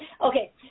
Okay